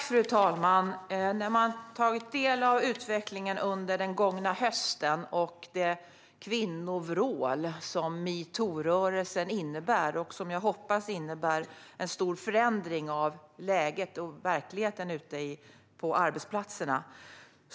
Fru talman! Jag hoppas att utvecklingen under den gångna hösten och det kvinnovrål som metoo-rörelsen innebär ska leda till en stor förändring av läget och verkligheten ute på arbetsplatserna.